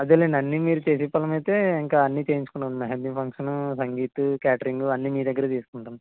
అదేలేండి అన్ని మీరు చేసే పనులు ఆయితే ఇంకా అన్ని చేయించుకుందాం మెహందీ ఫంక్షన్ ను సంగీత్ క్యాటరింగ్ అన్ని మీ దగ్గరే తీసుకుంటాం